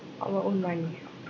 our own money